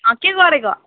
अँ के गरेको